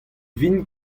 vin